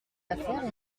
affaires